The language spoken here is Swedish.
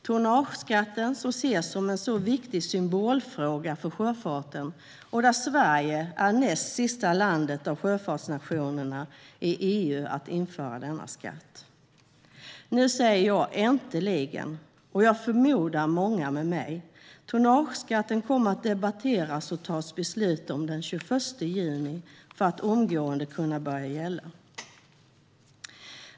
Tonnageskatten ses som en viktig symbolfråga för sjöfarten. Där är Sverige näst sista landet av sjöfartsnationerna i EU att införa denna skatt. Nu säger jag - och jag förmodar många med mig: Äntligen! Tonnageskatten kommer riksdagen att debattera och fatta beslut om den 21 juni för att den omgående ska kunna börja gälla.